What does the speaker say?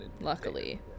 luckily